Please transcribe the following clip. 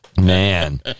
man